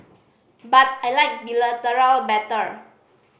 but I like bilateral better